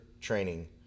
training